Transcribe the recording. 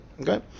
Okay